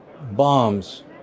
bombs